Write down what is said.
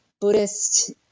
Buddhist